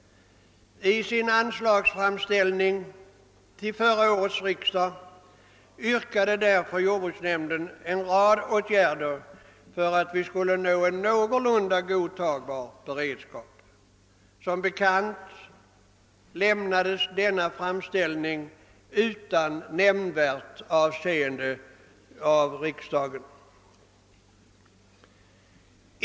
I sin anslagsframställning till förra årets riksdag yrkade jordbruksnämnden därför på en rad åtgärder med syfte att en någorlunda godtagbar beredskap skulle uppnås. Som bekant lämnades denna framställning utan nämnvärt avseende av riksdagen.